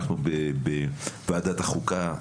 אנחנו בוועדת החוקה,